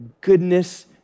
goodness